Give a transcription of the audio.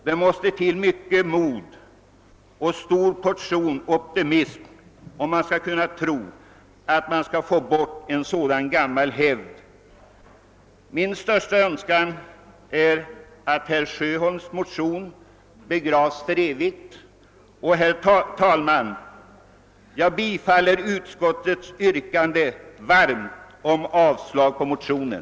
Det måste till mycket mod och en stor portion optimism för att tro att man skulle kunna avskaffa en sådan gammal hävd. Min största önskan i denna fråga är att herr Sjöholms motion begravs för evigt. Herr talman! Jag vill varmt tillstyrka utskottets hemställan om avslag på motionen.